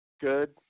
Good